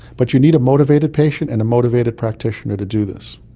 but you need a motivated patient and a motivated practitioner to do this.